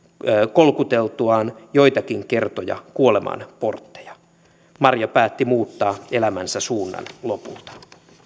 kolkuteltuaan joitakin kertoja kuoleman portteja maria päätti muuttaa elämänsä suunnan lopulta